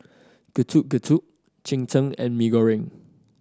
Getuk Getuk cheng tng and Mee Goreng